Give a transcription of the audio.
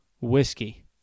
whiskey